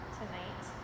tonight